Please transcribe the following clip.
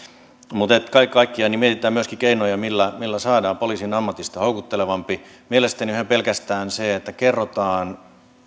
kaiken kaikkiaan mietitään myöskin keinoja millä saadaan poliisin ammatista houkuttelevampi mielestäni jo ihan pelkästään sillä että kerrotaan